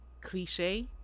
cliche